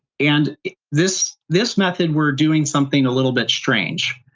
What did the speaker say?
and this this method, we're doing something a little bit strange.